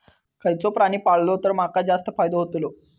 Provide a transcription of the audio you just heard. खयचो प्राणी पाळलो तर माका जास्त फायदो होतोलो?